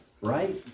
right